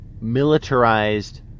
militarized